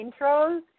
intros